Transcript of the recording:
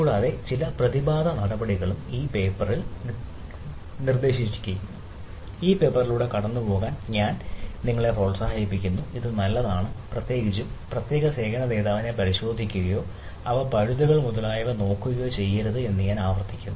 കൂടാതെ ചില പ്രതിവാദ നടപടികളും ഈ പേപ്പറിൽ നിർദ്ദേശിക്കുന്നു ഈ പേപ്പറിലൂടെ കടന്നുപോകാൻ ഞാൻ നിങ്ങളെ പ്രോത്സാഹിപ്പിക്കുന്നു ഇത് നല്ലതാണ് പ്രത്യേകിച്ചും പ്രത്യേക സേവന ദാതാവിനെ പരിശോധിക്കുകയോ അവ പഴുതുകൾ മുതലായവ നോക്കുകയോ ചെയ്യരുത് എന്ന് ഞാൻ ആവർത്തിക്കുന്നു